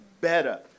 better